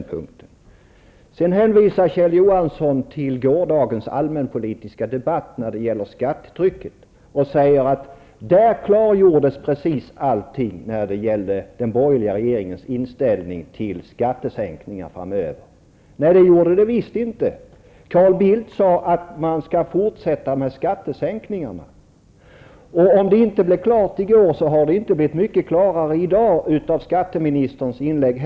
Kjell Johansson hänvisar när det gäller skattetrycket till gårdagens allmänpolitiska debatt och säger att precis allting vad beträffar den borgerliga regeringens inställning till skattesänkningar framöver klargjordes där. Men nej, det gjorde det visst inte! Carl Bildt sade att man skall fortsätta med skattesänkningarna. Om det inte blev klart i går, så har det heller inte blivit mycket klarare i dag genom skatteministerns inlägg.